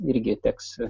irgi teks